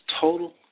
total